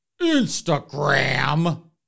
Instagram